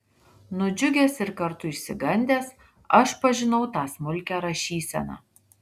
nudžiugęs ir kartu išsigandęs aš pažinau tą smulkią rašyseną